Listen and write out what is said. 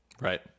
right